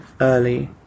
early